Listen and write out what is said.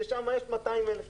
שם יש 200,000 תושבים.